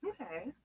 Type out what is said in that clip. Okay